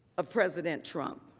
of president trump.